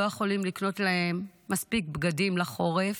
יכולים לקנות להם מספיק בגדים לחורף,